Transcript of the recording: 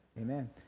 amen